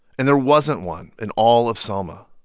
and there wasn't one in all of selma.